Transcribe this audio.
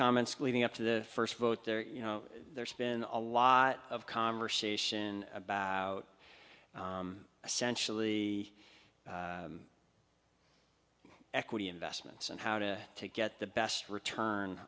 comments leading up to the first vote there you know there's been a lot of conversation about essentially equity investments and how to take get the best return